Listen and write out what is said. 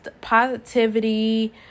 positivity